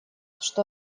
что